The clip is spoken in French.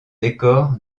décor